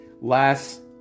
last